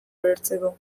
ulertzeko